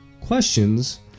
questions